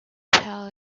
tell